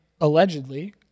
allegedly